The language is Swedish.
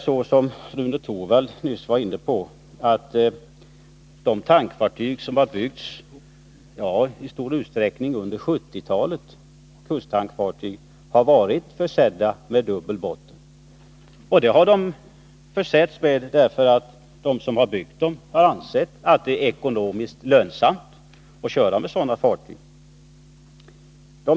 Som Rune Torwald nyss var inne på är de tankfartyg som byggdes på 1970-talet i stor utsträckning försedda med dubbel botten. Anledningen är att de som lät bygga dem ansåg det ekonomiskt lönsamt att köra med sådana fartyg.